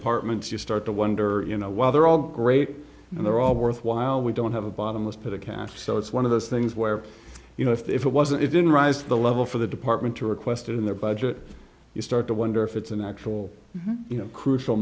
apartments you start to wonder you know while they're all great and they're all worthwhile we don't have a bottomless pit of cash so it's one of those things where you know if it wasn't it didn't rise to the level for the department to request in their budget you start to wonder if it's an actual